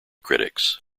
critics